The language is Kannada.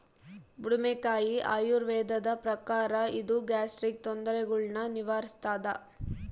ಬುಡುಮೆಕಾಯಿ ಆಯುರ್ವೇದದ ಪ್ರಕಾರ ಇದು ಗ್ಯಾಸ್ಟ್ರಿಕ್ ತೊಂದರೆಗುಳ್ನ ನಿವಾರಿಸ್ಥಾದ